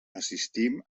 assistim